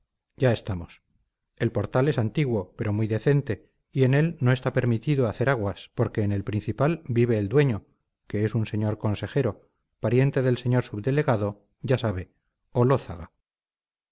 ya estamos el portal es antiguo pero muy decente y en él no está permitido hacer aguas porque en el principal vive el dueño que es un señor consejero pariente del señor subdelegado ya sabe